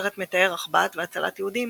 הסרט מתאר החבאת והצלת יהודים,